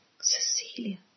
Cecilia